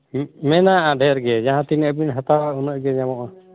ᱢᱮᱱᱟᱜᱼᱟ ᱰᱷᱮᱨ ᱜᱮ ᱡᱟᱦᱟᱸᱛᱤᱱᱟᱹᱜ ᱵᱮᱱ ᱦᱟᱛᱟᱣᱟ ᱩᱱᱟᱹᱜ ᱜᱮ ᱧᱟᱢᱚᱜᱼᱟ